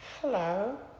hello